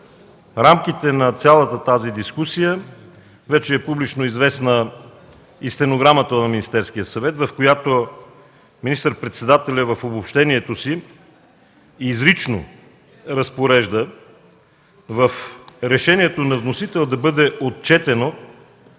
рамките на цялата тази дискусия вече публично е известна и стенограмата на Министерския съвет, в която министър-председателят в обобщението си изрично разпорежда в решението на вносител да бъде отчетено